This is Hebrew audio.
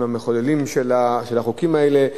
הן המחוללות של החוקים האלה.